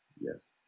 Yes